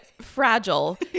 fragile